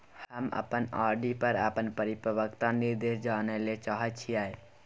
हम अपन आर.डी पर अपन परिपक्वता निर्देश जानय ले चाहय छियै